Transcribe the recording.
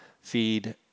feed